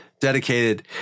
dedicated